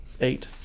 Eight